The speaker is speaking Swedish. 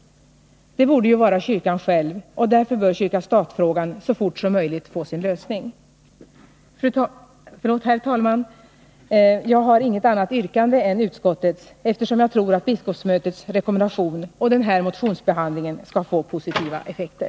Det borde ju vara kyrkan själv, och därför bör kyrka-stat-frågan så fort som möjligt få sin lösning. Herr talman! Jag har inget annat yrkande än utskottets, eftersom jag tror att biskopsmötets rekommendation och den här motionsbehandlingen skall få positiva effekter.